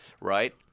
Right